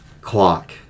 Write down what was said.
clock